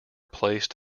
placed